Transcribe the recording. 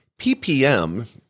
PPM